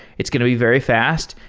it's going to be very fast.